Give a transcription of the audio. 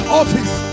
office